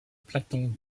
platon